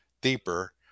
deeper